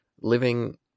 living